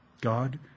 God